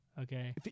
Okay